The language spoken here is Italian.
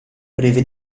breve